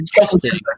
interesting